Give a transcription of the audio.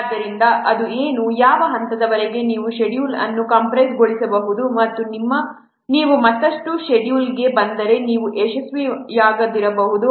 ಆದ್ದರಿಂದ ಅದು ಏನು ಯಾವ ಹಂತದವರೆಗೆ ನೀವು ಷೆಡ್ಯೂಲ್ ಅನ್ನು ಕಂಪ್ರೆಸ್ಗೊಳಿಸಬಹುದು ಮತ್ತು ನೀವು ಮತ್ತಷ್ಟು ಷೆಡ್ಯೂಲ್ಗೆ ಬಂದರೆ ನೀವು ಯಶಸ್ವಿಯಾಗದಿರಬಹುದು